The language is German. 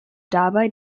dabei